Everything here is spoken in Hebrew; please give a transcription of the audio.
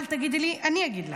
אל תגידי לי, אני אגיד לך.